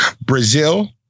Brazil